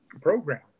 program